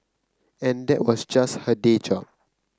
and that was just her day job